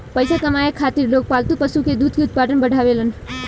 पइसा कमाए खातिर लोग पालतू पशु के दूध के उत्पादन बढ़ावेलन